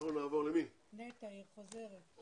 אנחנו נעבור --- נטע חוזרת,